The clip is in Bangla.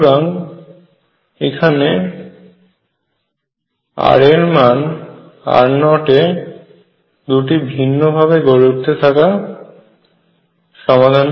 সুতরাং এখানে r এর মান r0 তে দুটি ভিন্ন ভাবে গড়ে উঠতে থাকা সমাধানকে প্রকাশ করে